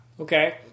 Okay